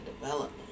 development